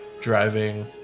driving